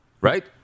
Right